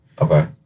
Okay